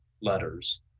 letters